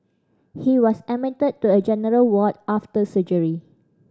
he was admitted to a general ward after surgery